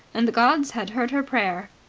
and the gods had heard her prayer.